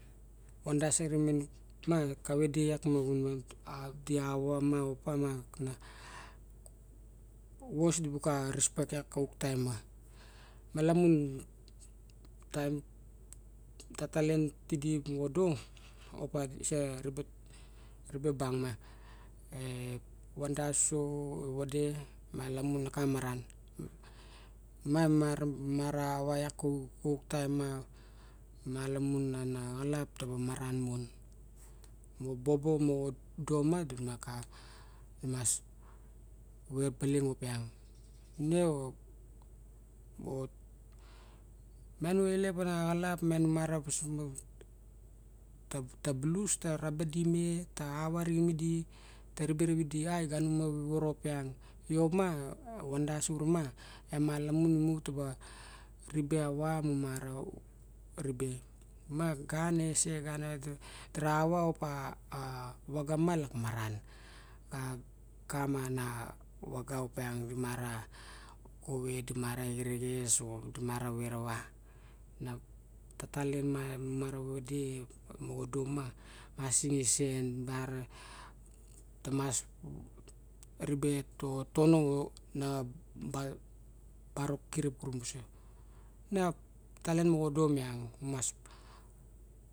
ma kavae de iak ma gunon ma di ava ma opa ma na vos di buxa respek xauk taem ma, malamua taim tatalien tidi moxa do opa disa ribe bang ma, e van das so evade, malamun nexa maran, ma ma rava lak xa uk taem ma malamun ana xalap taba taba maran mon. Mo bobo moxo do ma do ma do nang ka mas ve baling op lang miang tabulus tarabadi ra vidi a gani mu vovoro opiang xo ma e vandas ure ma- e van das ure mae malamun mu ta ribe ava mu mara ribe ma gana ese, gana dara ava opa vaga mah lak maran, kamar na naga op miang di mara ovet, dimara mara xerexes o di mara verava, na tatalien ma mara vede moxo da ma sinisang tamas ribe tono barok kirip koru moso na talien moxo do miang.